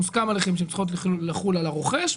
מוסכם עליכם שהן צריכות לחול על הרוכש,